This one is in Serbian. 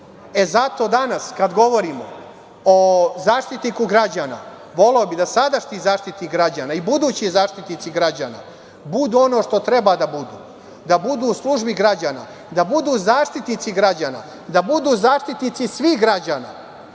danas kad govorimo o Zaštitniku građana voleo bih da sadašnji Zaštitnik građana i budući zaštitnici građana budu ono što treba da budu, da budu u službi građana, da budu zaštitnici građana, da budu zaštitnici svih građana.